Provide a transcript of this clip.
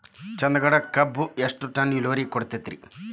ಚಂದಗಡ ಕಬ್ಬು ಎಷ್ಟ ಟನ್ ಇಳುವರಿ ಕೊಡತೇತ್ರಿ?